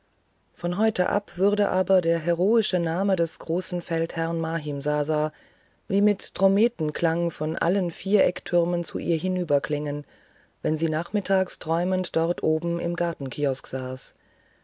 von heute ab würde aber der heroische name des großen feldherrn mahimsasa wie mit drommetenklang von allen vier ecktürmen zu ihr herüberklingen wenn sie nachmittags träumend dort oben im gartenkiosk saß